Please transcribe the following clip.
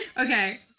okay